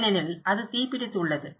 ஏனெனில் அது தீப்பிடித்து உள்ளது